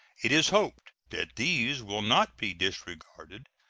it is hoped that these will not be disregarded,